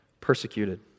persecuted